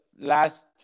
Last